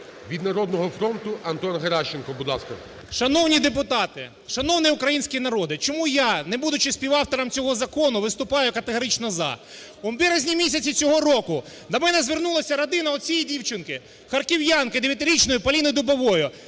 Від "Народного фронту" Антон Геращенко, будь ласка. 10:30:50 ГЕРАЩЕНКО А.Ю. Шановні депутати! Шановний український народе! Чому я, не будучи співавтором цього закону, виступаю категорично "за"? У березні місяці цього року до мене звернулася родина цієї дівчинки, харків'янки, дев'ятирічної Поліни Дубової.